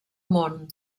món